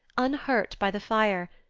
unhurt by the fire,